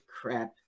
crap